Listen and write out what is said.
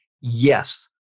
yes